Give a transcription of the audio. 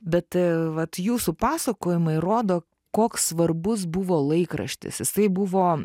bet vat jūsų pasakojimai rodo koks svarbus buvo laikraštis jisai buvo